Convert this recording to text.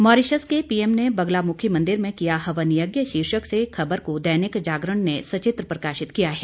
Mauritius के PM ने बगलामुखी मंदिर में किया हवन यज्ञ शीर्षक से खबर को दैनिक जागरण ने सचित्र प्रकाशित किया है